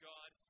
God